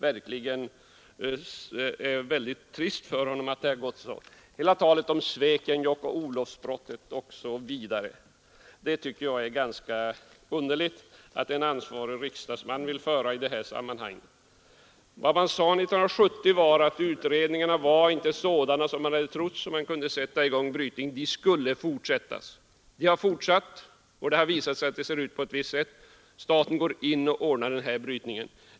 Det är nog väldigt trist för herr Stjernström att det har gått så här. Jag tycker det är ganska underligt att en ansvarig riksdagsman i detta sammanhang vill föra hela det här talet om ”Svekenjokk”, ”Olofsbrottet” osv. Vad regeringen sade 1970 var att resultatet av gjorda utredningar inte var sådana att man kunde sätta i gång brytningen. Utredningarna skulle fortsätta. De har fortsatt, och det har visat sig att fyndigheterna ser ut på ett visst sätt. Staten går in och börjar brytningen.